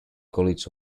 college